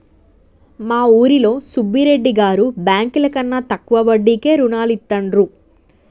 మా ఊరిలో సుబ్బిరెడ్డి గారు బ్యేంకుల కన్నా తక్కువ వడ్డీకే రుణాలనిత్తండ్రు